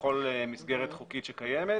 בכל מסגרת חוקית שקיימת